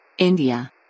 India